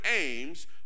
aims